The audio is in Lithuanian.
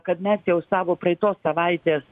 kad mes jau savo praeitos savaitės